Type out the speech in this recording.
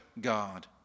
God